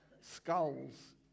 Skulls